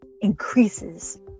increases